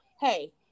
hey